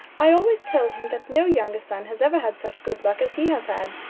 i always tell him that no younger son has ever had such good luck as he has had.